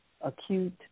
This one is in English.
acute